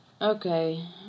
Okay